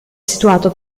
situato